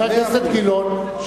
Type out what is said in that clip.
וחבר הכנסת גילאון,